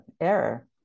error